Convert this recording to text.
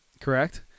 correct